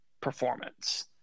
performance